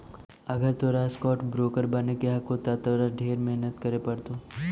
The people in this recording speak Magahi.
अगर तोरा स्टॉक ब्रोकर बने के हो त तोरा ढेर मेहनत करे पड़तो